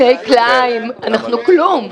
הצבעה בעד, פה אחד נגד,